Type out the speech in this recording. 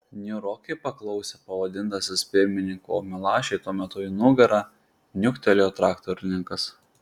niūrokai paklausė pavadintasis pirmininku o milašiui tuo metu į nugarą niuktelėjo traktorininkas